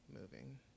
moving